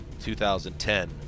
2010